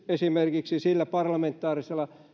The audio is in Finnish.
esimerkiksi sillä parlamentaarisella